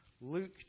Luke